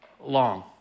long